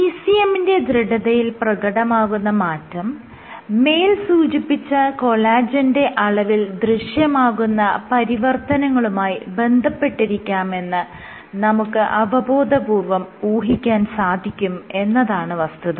ECM ന്റെ ദൃഢതയിൽ പ്രകടമാകുന്ന മാറ്റം മേൽ സൂചിപ്പിച്ച കൊളാജെന്റെ അളവിൽ ദൃശ്യമാകുന്ന പരിവർത്തനങ്ങളുമായി ബന്ധപ്പെട്ടിരിക്കാമെന്ന് നമുക്ക് അവബോധപൂർവ്വം ഊഹിക്കാൻ സാധിക്കും എന്നതാണ് വസ്തുത